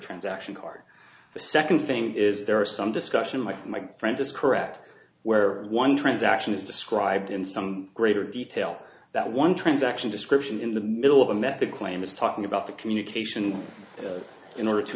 transaction card the second thing is there are some discussion like my friend this correct where one transaction is described in some greater detail that one transaction description in the middle of a method claim is talking about the communication in order to